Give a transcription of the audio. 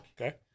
Okay